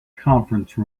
conference